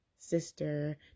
sister